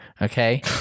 Okay